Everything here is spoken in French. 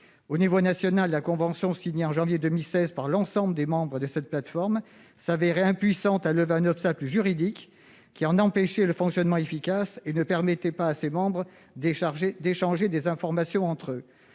Au niveau national, la convention signée en janvier 2016 par l'ensemble des membres de cette plateforme s'avérait impuissante à lever un obstacle juridique qui en a empêché le fonctionnement efficace, ne permettant pas à ses membres d'échanger des informations entre eux.